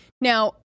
Now